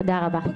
תודה רבה.